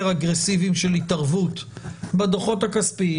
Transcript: אגרסיביים של התערבות בדוחות הכספיים.